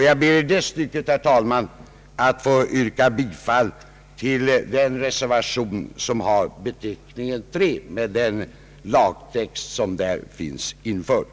Jag ber, herr talman, att få yrka bifall till reservationen med beteckningen och den lagtext som där är införd.